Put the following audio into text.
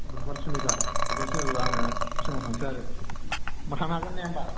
बुधबार सुनिबार बुधबार सुनिबाराबा आङो फुङाव थांसै आरो माबा खालामनो हागोन ना हाया होनबा